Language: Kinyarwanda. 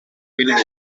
w’intebe